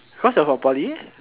cause of your poly